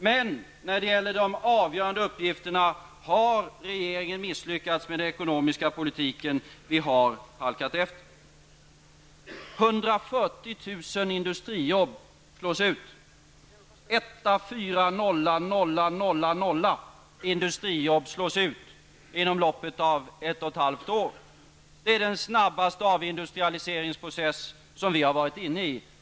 Men när det gäller de avgörande uppgifterna har regeringen misslyckats med den ekonomiska politiken. Vi har halkat efter. 140 000 industrijobb slås ut inom loppet av ett och ett halvt år. Det är den snabbaste avindustrialiseringsprocess som vi har varit inne i.